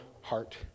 heart